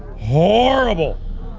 horrible,